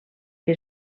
que